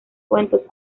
cuentos